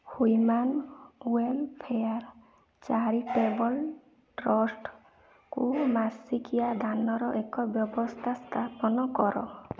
human welfare charitable ଟ୍ରଷ୍ଟକୁ ମାସିକିଆ ଦାନର ଏକ ବ୍ୟବସ୍ଥା ସ୍ଥାପନ କର